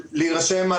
ברשומות."